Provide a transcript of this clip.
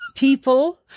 People